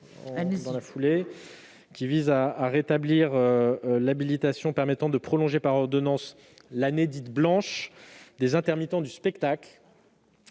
vise à rétablir l'habilitation permettant au Gouvernement de prolonger par ordonnance l'année blanche des intermittents du spectacle.